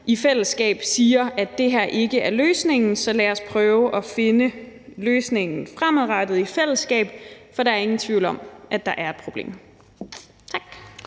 anden side siger, at det her ikke er løsningen. Så lad os prøve at finde løsningen fremadrettet i fællesskab, for der er ingen tvivl om, at der er et problem. Tak.